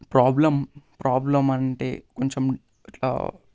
problem problem అంటే కొంచెం అట్లా